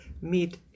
meet